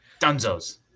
Dunzos